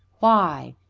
why?